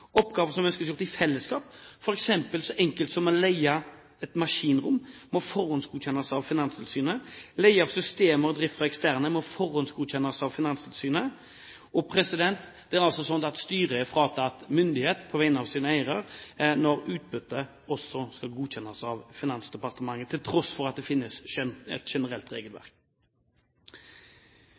Oppgaver som ønskes gjort i fellesskap, f.eks. noe så enkelt som å leie et maskinrom, må forhåndsgodkjennes av Finanstilsynet. Leie av systemer/drift fra eksterne må forhåndsgodkjennes av Finanstilsynet. Det er slik at styret er fratatt myndighet på vegne av sine eiere når utbyttet også skal godkjennes av Finansdepartementet, til tross for at det finnes et generelt regelverk.